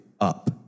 up